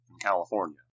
California